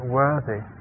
worthy